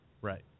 right